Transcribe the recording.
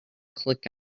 click